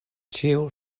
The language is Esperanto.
ĉiu